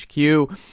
HQ